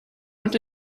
und